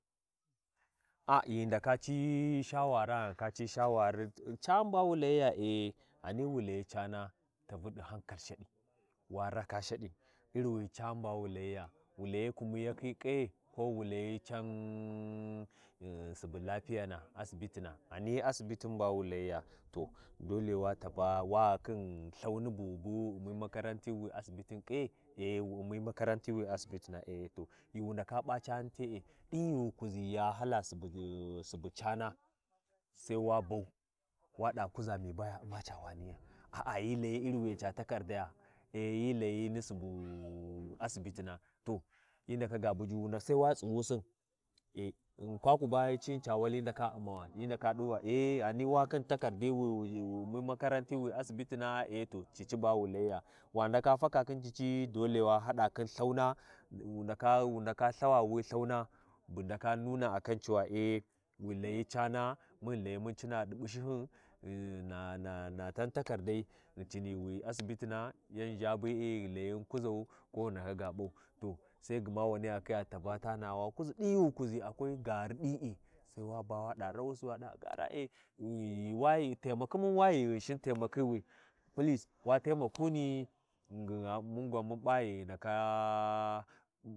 Ah, ghi ndaka ci shawara ghi ndaka ci shawari, cani ba wu layiya ar, ghani wu Layi cana, tari ɗi hankal shaɗi, wa raka shaɗi Itri wi cani ba wu Layiyu? Wu layi kumakhi kye? Ko wu layi can – n subu lafiyana asbitina, hyi asibtin ba wu layiya, to dole wa tava, wa khin Lthani bu wu biwu wu Ummi makaranti wi asibitin kye? Ae, wu U’mmi makarati wi asibitina to ghi wu ndaka P’a cani tele, ɗin ghi wu kuʒi ya hala subu cana, sai wa bau wa ɗa kuʒa miba ya umma ca waniya, aa hyi layi Iri wiyi ca takardaya, e hyi layi ni subu asibitina to hyi ndaka ga buju na sai wa tsighusim-n e, kwaku ba cini ca wali mdak Ummawo hyi ndaka ɗu va e ghani wa khin takardi wi-wu Ummi makaranti wi asibitina, e, to cici ba wu Layiya wa ndaka faka khin cici, dole wa hɗa khin Lthuna wu ndaka Lthawa, wu ndaka Lthawa wi Lthauni bu ndaka nunan akancewa e wulayi cana, mun ghi Layi mun cina ɗi bushihyin, nana tan takardai ghi cini wi asibitina, yanʒha be’e ghi lay mun kuʒau, ko ghii ndaka ga P’au, to sai gma waniya tava tanəa wa kuʒi ɗin ghi wu kuʒi akwai gavi ɗi’i sai waba waɗa rawusi, waɗaba gaara, e ghi—wa ghi tamakhimun wa ghi ghinshin taimakhiwi, wa taimakuni ghingin mun gwan mu P’a ghi ndaka